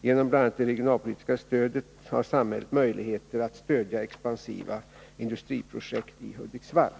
Genom bl.a. det regionalpolitiska stödet har samhället möjligheter att stödja expansiva industriprojekt i Hudiksvall.